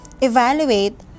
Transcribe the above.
evaluate